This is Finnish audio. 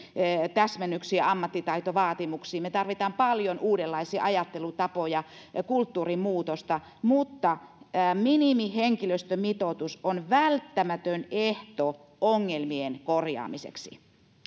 täsmennyksiä ammattitaitovaatimuksiin me tarvitsemme paljon uudenlaisia ajattelutapoja ja kulttuurin muutosta mutta minimihenkilöstömitoitus on välttämätön ehto ongelmien korjaamiseksi